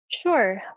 Sure